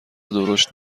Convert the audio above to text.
درشت